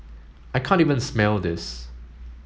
I can't even smell this